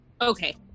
okay